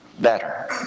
better